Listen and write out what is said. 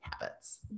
habits